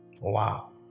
Wow